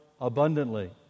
abundantly